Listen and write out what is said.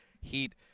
heat